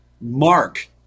Mark